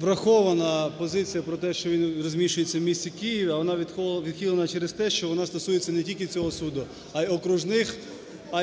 Врахована позиція про те, що він розміщується в місті Києві. А вона відхилена через те, що вона стосується не тільки цього суду, а